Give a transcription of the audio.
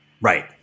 Right